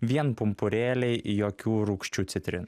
vien pumpurėliai jokių rūgščių citrinų